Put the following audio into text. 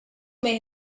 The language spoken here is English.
may